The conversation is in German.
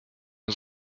uns